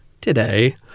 today